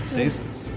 Stasis